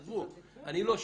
עזבו, אני לא שם.